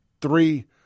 three